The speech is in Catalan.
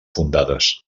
fundades